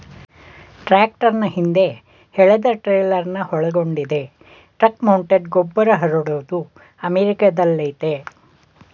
ಟ್ರಾಕ್ಟರ್ನ ಹಿಂದೆ ಎಳೆದಟ್ರೇಲರ್ನ ಒಳಗೊಂಡಿದೆ ಟ್ರಕ್ಮೌಂಟೆಡ್ ಗೊಬ್ಬರಹರಡೋದು ಅಮೆರಿಕಾದಲ್ಲಯತೆ